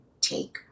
take